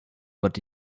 what